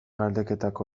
galdeketak